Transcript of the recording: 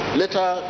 later